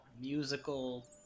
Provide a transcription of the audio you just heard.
musical